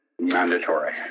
mandatory